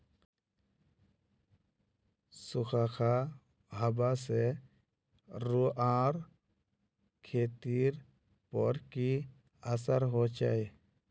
सुखखा हाबा से रूआँर खेतीर पोर की असर होचए?